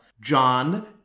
John